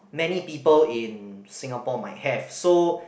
many people in Singapore might have so